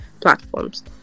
Platforms